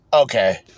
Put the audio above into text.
Okay